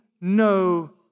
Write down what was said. no